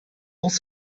was